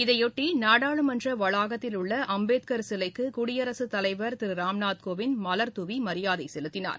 இதையொட்டி நாடாளுமன்ற வளாகத்தில் உள்ள அம்பேத்கர் சிலைக்கு குடியரசுத் தலைவர் திரு ராம்நாத் கோவிந்த் மலர் தூவி மரியாதை செலுத்தினார்